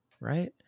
right